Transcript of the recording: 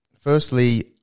Firstly